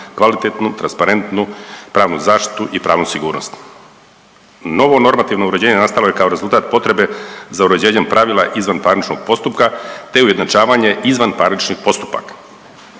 kvalitetnu transparentnu pravnu zaštitu i pravnu sigurnost. Novo normativno uređenje nastalo je kao rezultat potrebe za uređenjem pravila izvanparničnog postupka te ujednačavanje izvanparničnim postupaka.